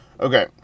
Okay